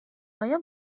آیا